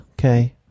okay